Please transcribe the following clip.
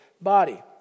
body